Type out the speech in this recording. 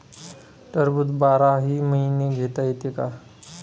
टरबूज बाराही महिने घेता येते का?